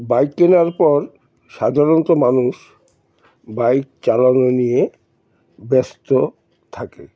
bike কেনার পর সাধারণত মানুষ বাইক চালানো নিয়ে ব্যস্ত থাকে